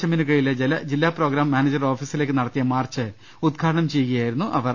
എമ്മിനു കീഴിലെ ജില്ലാ പ്രോഗ്രാം മാനേജരുടെ ഓഫീസിലേക്ക് നടത്തിയ മാർച്ച് ഉദ്ഘാ ടനം ചെയ്യുകയായിരുന്നു അവർ